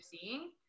seeing